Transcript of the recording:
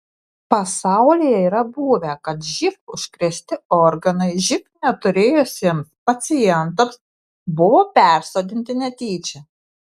pasaulyje yra buvę kad živ užkrėsti organai živ neturėjusiems pacientams buvo persodinti netyčia